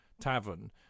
tavern